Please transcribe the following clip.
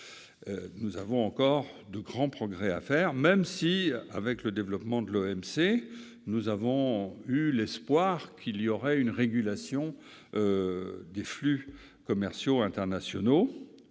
Nous avons encore de grands progrès à réaliser, même si, avec le développement de l'OMC, nous espérions une régulation des flux commerciaux internationaux,